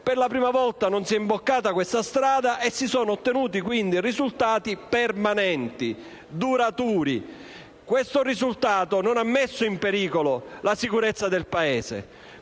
Per la prima volta non si è imboccata questa strada e si sono ottenuti risultati permanenti e duraturi. Questo risultato non ha messo in pericolo la sicurezza del Paese